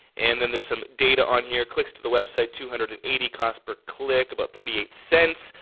and then there's some data on here. clicks to the website, two hundred and eighty. cost per click, about thirty eight cents.